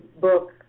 book